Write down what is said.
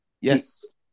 yes